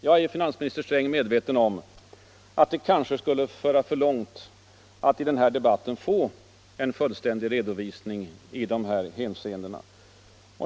Jag är, finansminister Sträng, medveten om att det kanske skulle föra för långt att i den här debatten få en fullständig redovisning i dessa hänseenden.